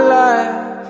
life